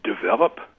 develop